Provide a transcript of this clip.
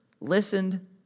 listened